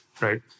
right